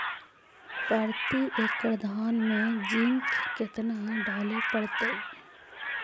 प्रती एकड़ धान मे जिंक कतना डाले पड़ताई?